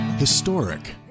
Historic